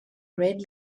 red